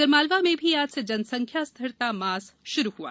आगरमालवा में भी आज से जनसंख्या स्थिरता मास शुरू हुआ